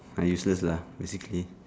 I useless lah basically